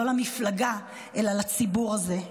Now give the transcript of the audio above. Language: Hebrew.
לא למפלגה אלא לציבור הזה.